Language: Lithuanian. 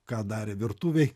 ką darė virtuvėj